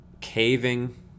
caving